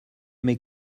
mes